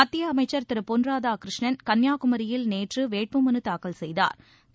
மத்திய அமைச்சர் திரு பொன் ராதாகிருஷ்ணன் கன்னியாகுமியில் நேற்று வேட்புமனு தாக்கல் செய்காா்